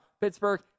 Pittsburgh